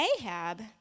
Ahab